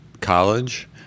college